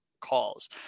calls